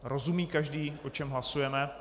Rozumí každý, o čem hlasujeme?